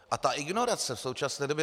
A ta ignorace v současné době...